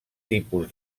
tipus